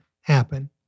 happen